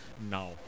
now